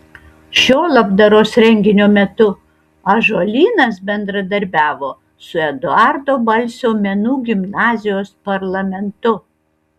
šio labdaros renginio metu ąžuolynas bendradarbiavo su eduardo balsio menų gimnazijos parlamentu